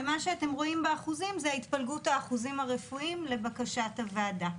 ומה שאתם רואים באחוזים זה התפלגות האחוזים הרפואיים לבקשת הוועדה.